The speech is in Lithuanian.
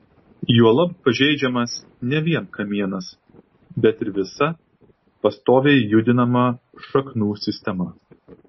juolab pažeidžiamas ne vien kamienas bet ir visa pastoviai judinama šaknų sistema